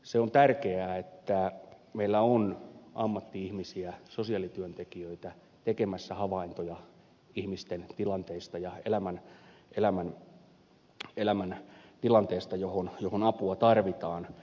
se on tärkeää että meillä on ammatti ihmisiä sosiaalityöntekijöitä tekemässä havaintoja ihmisten tilanteista ja elämäntilanteesta johon apua tarvitaan